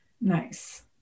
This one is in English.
Nice